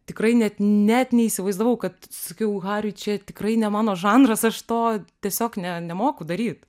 tikrai net net neįsivaizdavau kad sakiau hariui čia tikrai ne mano žanras aš to tiesiog ne nemoku daryt